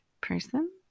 person